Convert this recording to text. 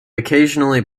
occasionally